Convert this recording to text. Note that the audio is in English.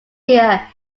here